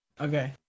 Okay